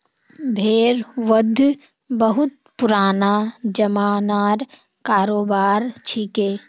भेड़ वध बहुत पुराना ज़मानार करोबार छिके